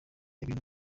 ibintu